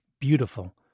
beautiful